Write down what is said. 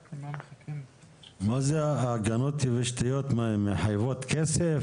מה זה ההגנות היבשתיות, הן מחייבות כסף?